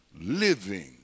living